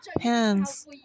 hands